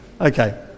Okay